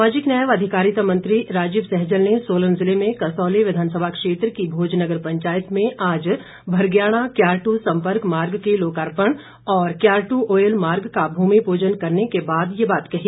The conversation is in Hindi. सामाजिक न्याय व अधिकारिता मंत्री राजीव सैजल ने सोलन जिले में कसौली विधानसभा क्षेत्र की भोजनगर पंचायत में आज भरगयाणा क्यारटू संपर्क मार्ग के लोकार्पण और क्यारटू ओयल मार्ग का भूमि पूजन करने के बाद ये बात कही